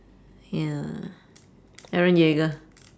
ya eren-yeager